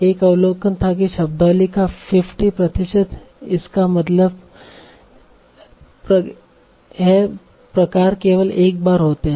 एक अवलोकन यह था कि शब्दावली का 50 प्रतिशत इसका मतलब है प्रकार केवल एक बार होते हैं